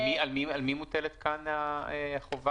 על מי מוטלת כאן החובה?